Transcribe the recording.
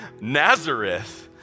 Nazareth